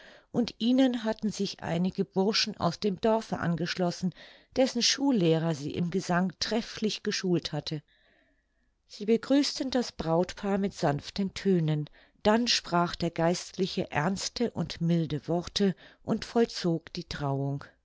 und ihnen hatten sich einige burschen aus dem dorfe angeschlossen dessen schullehrer sie im gesang trefflich geschult hatte sie begrüßten das brautpaar mit sanften tönen dann sprach der geistliche ernste und milde worte und vollzog die trauung